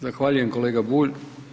Zahvaljujem kolega Bulj.